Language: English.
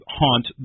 haunt